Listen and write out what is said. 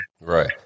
Right